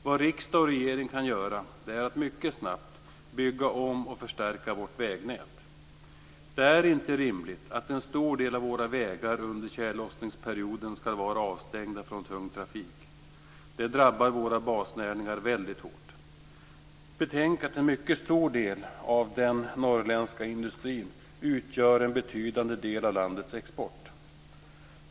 Vad riksdag och regering kan göra är att mycket snabbt bygga om och förstärka vårt vägnät. Det är inte rimligt att en stor del av våra vägar under tjällossningsperioden ska vara avstängd för tung trafik. Det drabbar våra basnäringar väldigt hårt. Betänk att den norrländska industrin svarar för en betydande del av landets export!